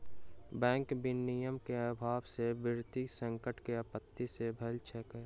bank विनियमन के अभाव से वित्तीय संकट के उत्पत्ति भ सकै छै